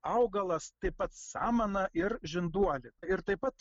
augalas taip pat samana ir žinduolį ir taip pat